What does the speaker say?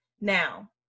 Now